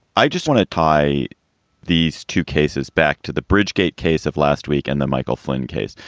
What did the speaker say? i just want to tie these two cases back to the bridgegate case of last week and then michael flynn case.